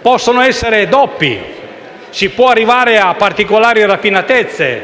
possono essere doppi, si può arrivare a particolari raffinatezze e